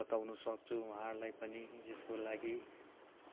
बताउनु सक्छु उहाँहरूलाई पनि यसको लागि